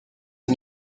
est